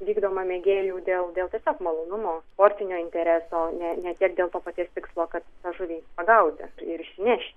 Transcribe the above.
vykdoma mėgėjų dėl dėl tiesiog malonumo sportinio intereso ne ne tiek dėl to paties tikslo kad tą žuvį pagauti ir išsinešti